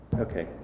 Okay